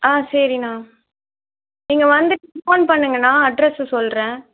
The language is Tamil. ஆ சரிண்ணா நீங்கள் வந்துட்டு போன் பண்ணுங்கண்ணா அட்ரஸ்ஸு சொல்கிறேன்